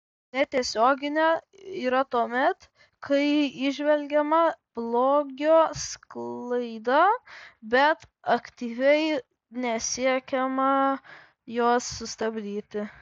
netiesioginė yra tuomet kai įžvelgiama blogio sklaida bet aktyviai nesiekiama jos sustabdyti